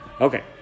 Okay